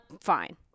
fine